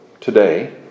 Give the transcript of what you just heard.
today